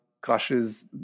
crushes